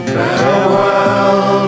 Farewell